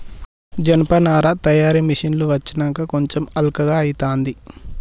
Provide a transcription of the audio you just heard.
జనపనార తయారీ మిషిన్లు వచ్చినంక కొంచెం అల్కగా అయితాంది